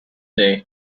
day